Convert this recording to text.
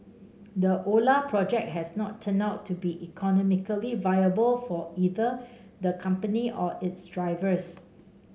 the Ola project has not turned out to be economically viable for either the company or its drivers